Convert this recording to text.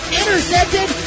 intercepted